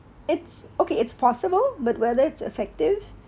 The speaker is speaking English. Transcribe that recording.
it's okay it's possible but whether it's effective